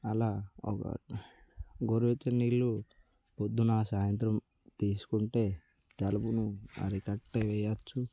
అలా గోరువెచ్చని నీళ్ళు పొద్దునా సాయంత్రం తీసుకుంటే జలుబును అరికట్టి వేయచ్చు